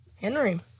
Henry